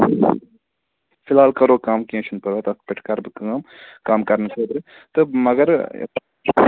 فِلحال کَرو کم کیٚنٛہہ چھُنہٕ پَرواے تَتھ پٮ۪ٹھ کَرٕ بہٕ کٲم کَم کَرنہٕ خٲطرٕ تہٕ مگر